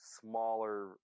smaller